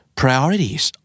priorities